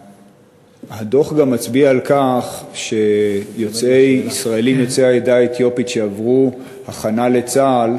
הדוח גם מצביע על כך שישראלים יוצאי העדה האתיופית שעברו הכנה לצה"ל,